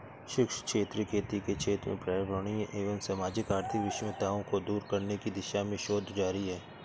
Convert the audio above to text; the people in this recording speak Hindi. शुष्क क्षेत्रीय खेती के क्षेत्र में पर्यावरणीय एवं सामाजिक आर्थिक विषमताओं को दूर करने की दिशा में शोध जारी है